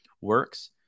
works